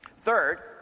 Third